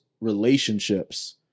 relationships